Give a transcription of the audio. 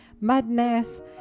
madness